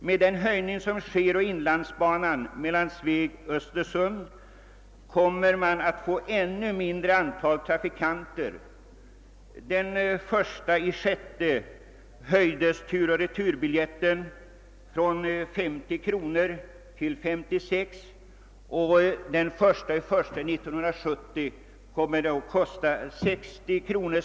Med den höjning som sker på inlandsbanan mellan Sveg och östersund kommer man att få ett ännu mindre antal trafikanter. Den 1 juni höjdes tur och returbiljetten från 50 till 56 kronor, och den 1 januari 1970 kommer den att kosta ca 60 kronor.